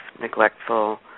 neglectful